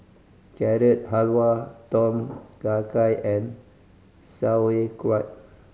Carrot Halwa Tom Kha Gai and Sauerkraut